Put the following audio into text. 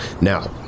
Now